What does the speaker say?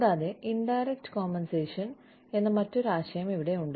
കൂടാതെ indirect compensation എന്ന മറ്റൊരു ആശയം ഇവിടെയുണ്ട്